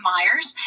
Myers